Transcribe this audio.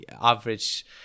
average